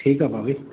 ठीकु आहे भाभी